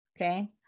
Okay